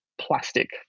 plastic